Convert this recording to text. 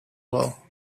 well